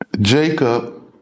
Jacob